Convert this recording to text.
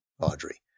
Audrey